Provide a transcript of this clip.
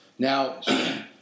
Now